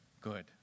Good